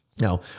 Now